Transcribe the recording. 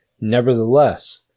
Nevertheless